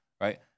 right